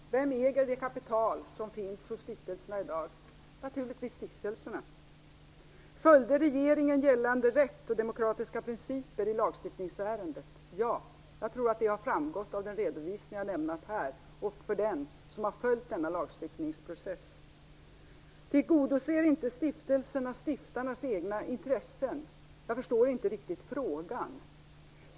Herr talman! Vem äger det kapital som finns hos stiftelserna i dag? Naturligtvis stiftelserna. Följde regeringen gällande rätt och demokratiska principer i lagstiftningsärendet? Ja. Jag tror att det har framgått av den redovisning jag lämnat här och att det är tydligt för den som har följt denna lagstiftningsprocess. Tillgodoser inte stiftelserna stiftarnas egna intressen? Jag förstår inte riktigt frågan.